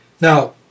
Now